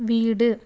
வீடு